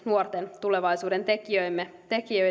nuorten tulevaisuudentekijöidemme